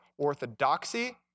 Orthodoxy